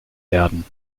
werden